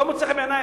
לא מוצא חן בעיני,